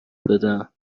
بدهم